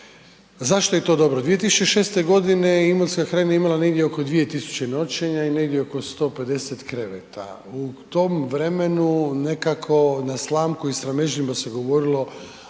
Zašto je to dobro? 2006.g. Imotska krajina je imala negdje oko 2000 noćenja i negdje oko 150 kreveta. U tom vremenu nekako na slamku i sramežljivo se govorilo